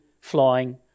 flying